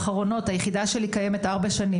היחידה שלי קיימת ארבע שנים,